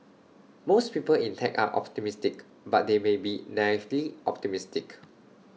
most people in tech are optimistic but they may be naively optimistic